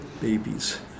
Babies